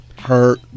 Hurt